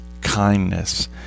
kindness